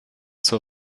zur